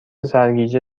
سرگیجه